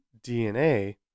DNA